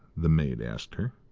the maid asked her.